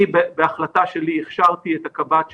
אני, בהחלטה שלי, הכשרתי את הקב"ט שלי,